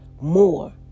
more